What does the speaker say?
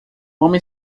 homem